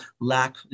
lack